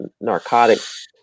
narcotics